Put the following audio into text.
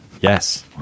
yes